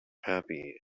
happy